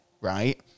right